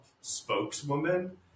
spokeswoman